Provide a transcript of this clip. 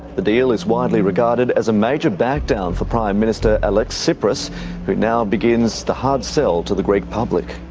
the deal is widely regarded as a major back-down for prime minister alexis tspiras who now begins the hard sell to the greek public.